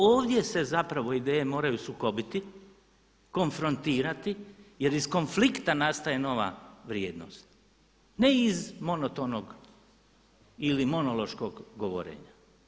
Ovdje se zapravo ideje moraj sukobiti, konfrontirati jer iz konflikta nastaje nova vrijednost, ne iz monotonog ili monološkog govorenja.